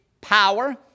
power